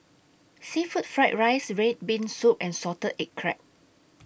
Seafood Fried Rice Red Bean Soup and Salted Egg Crab